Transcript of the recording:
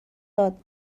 داد